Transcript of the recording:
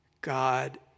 God